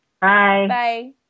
Bye